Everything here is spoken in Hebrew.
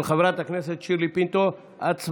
של חברת הכנסת שירלי פינטו קדוש.